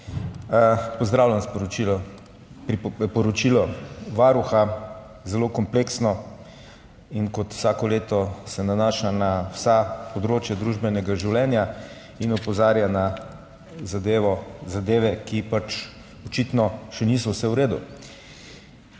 Pozdravljam poročilo Varuha, je zelo kompleksno in se kot vsako leto nanaša na vsa področja družbenega življenja in opozarja na zadeve, ki očitno še niso vse v redu.